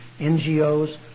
NGOs